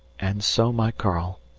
and so, my karl,